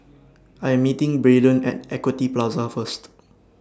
I Am meeting Brayden At Equity Plaza First